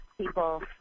people